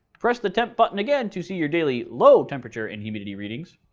press the temp button again to see your daily lo temperature and humidity readings.